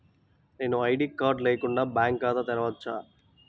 నేను ID card లేకుండా bank ఖాతా తెరవచ్చా?